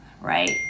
right